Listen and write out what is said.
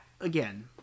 again